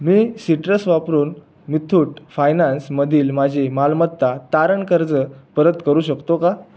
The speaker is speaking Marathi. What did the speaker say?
मी सिट्रस वापरून मिथूट फायनान्समधील माझी मालमत्ता तारण कर्ज परत करू शकतो का